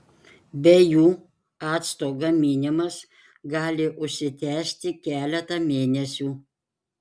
be jų acto gaminimas gali užsitęsti keletą mėnesių